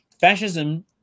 Fascism